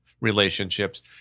relationships